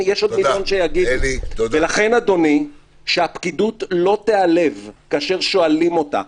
לכן, אדוני, שהפקידות לא תיעלב כאשר שואלים אותה.